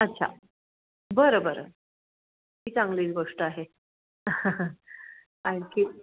अच्छा बरं बरं ही चांगलीच गोष्ट आहे आणखी